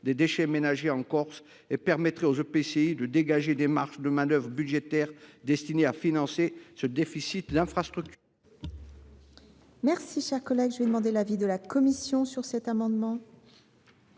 des déchets ménagers en Corse et permettrait aux EPCI de dégager des marges de manœuvre budgétaires destinées à financer ce déficit d’infrastructures.